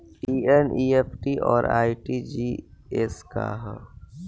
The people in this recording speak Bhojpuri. ई एन.ई.एफ.टी और आर.टी.जी.एस का ह?